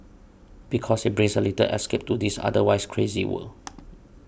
because it brings a little escape to this otherwise crazy world